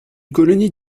colonie